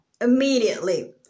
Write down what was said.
immediately